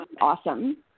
awesome